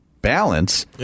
balance